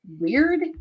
weird